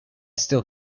still